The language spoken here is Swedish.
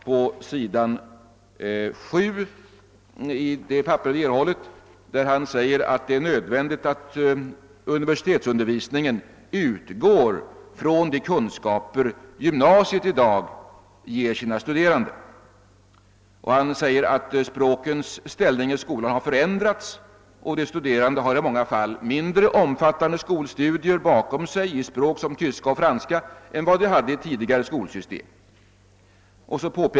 På s. 7 i det papper vi erhållit säger han att det är »nödvändigt att universitetsundervisningen utgår från de kunskaper gymnasiet i dag ger sina studerande». Han säger vidare: »Språkens ställning i skolan har förändrats, och de studerande har i många fall mindre omfattande skolstudier bakom sig i språk som tyska och franska än vad de hade i tidigare skolsystem.